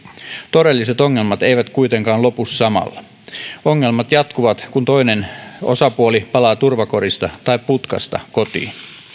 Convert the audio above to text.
todelliset ongelmat eivät kuitenkaan lopu samalla ongelmat jatkuvat kun toinen osapuoli palaa turvakodista tai putkasta kotiin